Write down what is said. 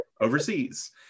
overseas